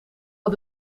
had